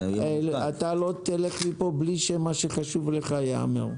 אתה לא תלך מפה מבלי שמה שחשוב לך ייאמר,